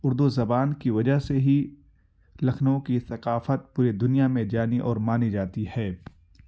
اردو زبان كی وجہ سے ہی لكھنؤ كی ثقافت پورے دنیا میں جانی اور مانی جاتی ہے